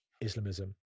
Islamism